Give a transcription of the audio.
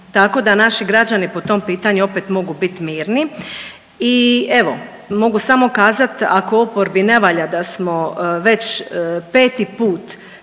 tako da naši građani po tom pitanju opet mogu bit mirni. I evo mogu samo kazat ako oporbi ne valja da smo već peti put